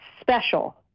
special